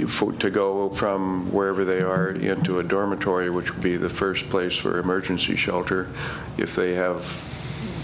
it to go from wherever they are again to a dormitory which would be the first place for emergency shelter if they have